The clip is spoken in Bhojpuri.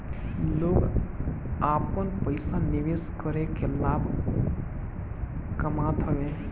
लोग आपन पईसा निवेश करके लाभ कामत हवे